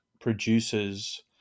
producers